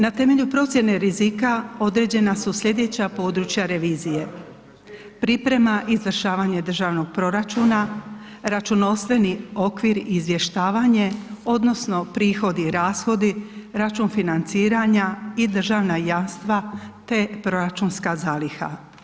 Na temelju procijene rizika određena su slijedeća područja revizije, priprema i izvršavanje državnog proračuna, računovodstveni okvir i izvještavanje odnosno prihodi i rashodi, račun financiranja i državna jamstva, te proračunska zaliha.